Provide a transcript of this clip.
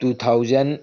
two thousand